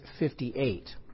58